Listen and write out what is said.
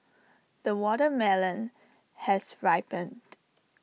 the watermelon has ripened